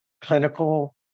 clinical